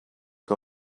que